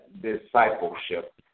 discipleship